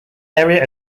area